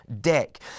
deck